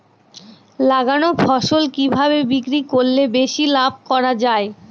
লাগানো ফসল কিভাবে বিক্রি করলে বেশি লাভ করা যায়?